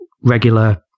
regular